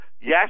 yes